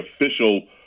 official